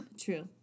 True